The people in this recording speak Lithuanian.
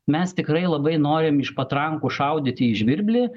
mes tikrai labai norim iš patrankų šaudyti į žvirblį